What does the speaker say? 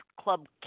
Club